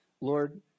Lord